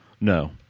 No